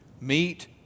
meet